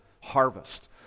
harvest